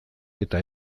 eta